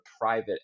private